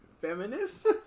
Feminist